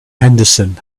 henderson